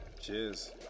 Cheers